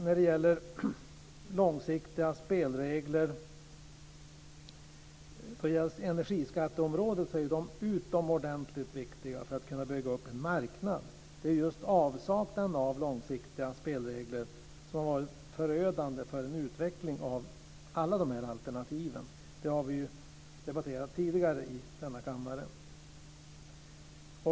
När det gäller långsiktiga spelregler på energiskatteområdet är de utomordentligt viktiga för att man ska kunna bygga upp en marknad. Det är just avsaknaden av långsiktiga spelregler som har varit förödande för en utveckling av alla de här alternativen. Det har vi debatterat tidigare i denna kammare.